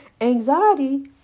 anxiety